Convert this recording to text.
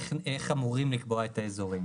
לאיך אמורים לקבוע את האזורים,